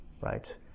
right